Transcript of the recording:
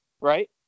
right